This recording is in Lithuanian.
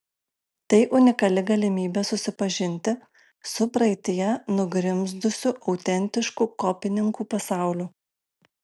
tai unikali galimybė susipažinti su praeityje nugrimzdusiu autentišku kopininkų pasauliu